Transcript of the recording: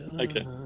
Okay